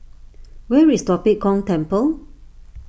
where is Tua Pek Kong Temple